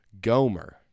Gomer